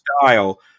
style